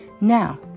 Now